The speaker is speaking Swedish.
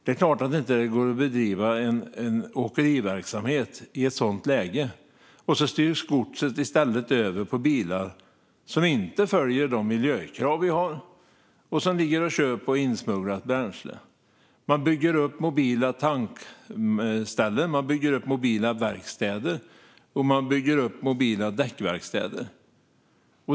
Det är klart att det inte går att bedriva åkeriverksamhet i sett sådant läge. I stället styrs godset över till bilar som inte följer de miljökrav vi har och som ligger och kör på insmugglat bränsle. Man bygger upp mobila tankställen, verkstäder och däckverkstäder.